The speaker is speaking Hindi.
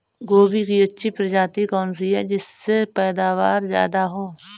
गोभी की अच्छी प्रजाति कौन सी है जिससे पैदावार ज्यादा हो?